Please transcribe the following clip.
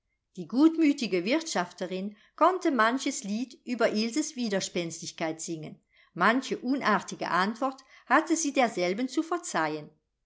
die gutmütige wirtschafterin konnte manches lied über ilses widerspenstigkeit singen manche unartige antwort hatte sie derselben zu verzeihen